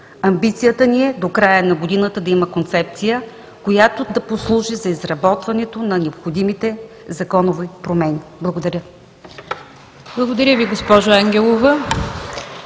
Амбицията ни е до края на годината да има концепция, която да послужи за изработването на необходимите законови промени. Благодаря.